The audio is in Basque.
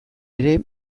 ere